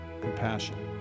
compassion